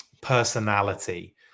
personality